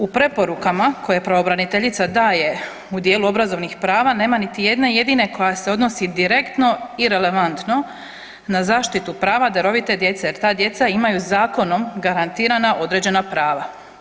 U preporukama koje pravobraniteljica daje u dijelu obrazovnih prava nema niti jedne jedine koja se odnosi direktno i relevantno na zaštitu prava darovite djece, jer ta djeca imaju zakonom garantirana određena prava.